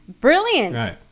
brilliant